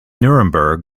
nuremberg